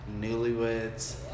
Newlyweds